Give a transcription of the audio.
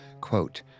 Quote